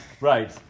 Right